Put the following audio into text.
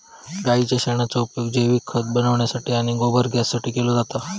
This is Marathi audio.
गाईच्या शेणाचो उपयोग जैविक खत बनवण्यासाठी आणि गोबर गॅससाठी केलो जाता